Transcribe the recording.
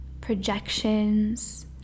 projections